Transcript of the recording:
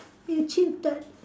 you achieve that